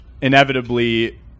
inevitably